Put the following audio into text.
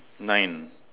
nine